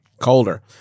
Colder